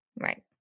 Right